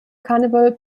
carnival